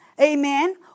amen